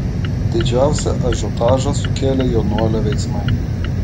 didžiausią ažiotažą sukėlė jaunuolio veiksmai